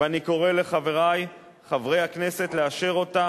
ואני קורא לחברי חברי הכנסת לאשר אותה